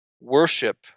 worship